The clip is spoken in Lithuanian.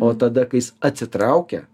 o tada kai jis atsitraukia